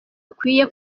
ikwiye